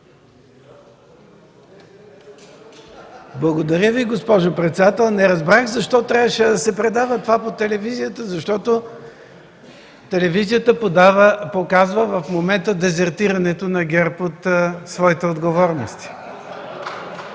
Благодаря Ви, госпожо председател. Не разбрах защо трябваше да се предава това по телевизията, защото тя показва в момента дезертирането на ГЕРБ от своята отговорност